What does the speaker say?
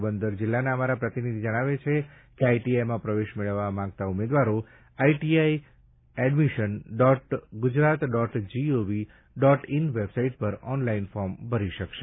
પોરબંદર જિલ્લાના અમારા પ્રતિનિધિ જણાવે છે કે આઈટીઆઈમાં પ્રવેશ મેળવવા માંગતા ઉમેદવારો ITI admission dot Gujarat dot gov dot in website પર ઓનલાઇન ફોર્મ ભરી શકશે